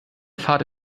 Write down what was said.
fahrt